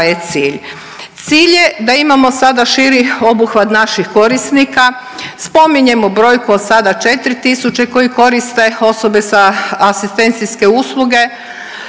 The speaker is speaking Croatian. Cilj je da imamo sada širi obuhvat naših korisnika. Spominjemo brojku od sada 4 tisuće koji koriste osobe sa asistencijske usluge